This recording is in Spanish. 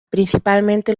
principalmente